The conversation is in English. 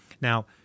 Now